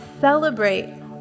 celebrate